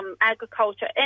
agriculture